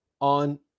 on